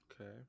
okay